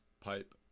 pipe